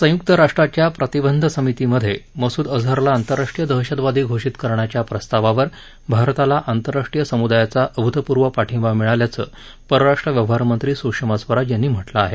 संयुक्त राष्ट्राच्या प्रतिबंध समितीमध्ये मसूद अजहरला आंतरराष्ट्रीय दहशतवादी घोषित करण्याच्या प्रस्तावावर भारताला आंतरराष्ट्रीय समुदायाचा अभूतपूर्व पाठिंबा मिळाल्याचं परराष्ट्र व्यवहारमंत्री सुषमा स्वराज यांनी म्हटलं आहे